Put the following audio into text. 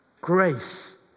Grace